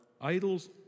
idols